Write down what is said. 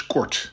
Kort